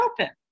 open